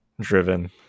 driven